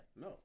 No